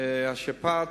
אדוני השר,